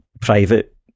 private